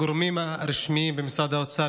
הגורמים הרשמיים במשרד האוצר,